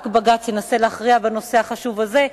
רק בג"ץ ינסה להכריע בנושא החשוב הזה,